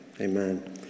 Amen